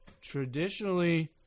traditionally